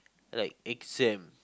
like exam